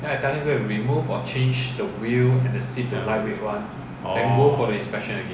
ya orh